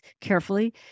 carefully